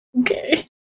okay